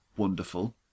wonderful